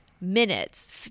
minutes